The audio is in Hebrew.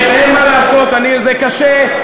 אין מה לעשות, זה קשה.